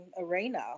arena